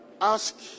ask